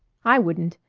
i wouldn't.